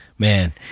Man